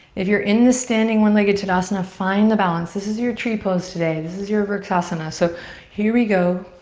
if you're in the standing one legged tadasana find the balance. this is your tree pose today. this is your vrksasana. so here we go.